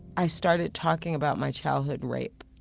i started talking about my childhood rape